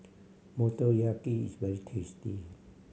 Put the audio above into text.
Motoyaki is very tasty